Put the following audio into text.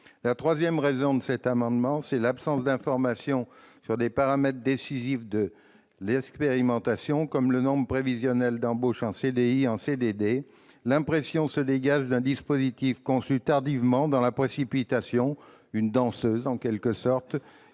La troisième raison est l'absence d'information sur des paramètres décisifs de l'expérimentation, comme le nombre prévisionnel d'embauches en CDI et en CDD. L'impression se dégage d'un dispositif conçu tardivement, dans la précipitation, une « danseuse » en quelque sorte,